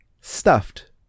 stuffed